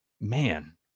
Man